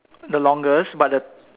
the longest but the